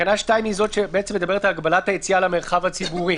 תקנה 2 מדברת על הגבלת יציאה למרחב הציבורי.